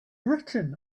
written